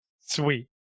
Sweet